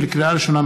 לקריאה ראשונה,